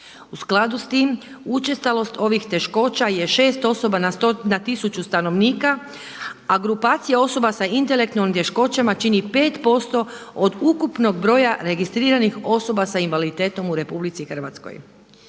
U skladu s tim učestalost ovih teškoća je 6 osoba na 1000 stanovnika, a grupacija osoba sa intelektualnim teškoćama čini 5% od ukupnog broja registriranih osoba sa invaliditetom u Republici Hrvatskoj.